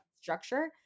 structure